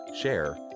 share